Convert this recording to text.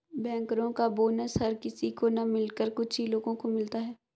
बैंकरो का बोनस हर किसी को न मिलकर कुछ ही लोगो को मिलता है